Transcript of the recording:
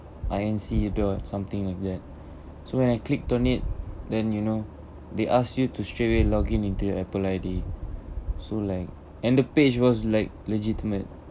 I_N_C dot something like that so when I clicked on it then you know they asked you to straight away login into apple I_D so like and the page was like legitimate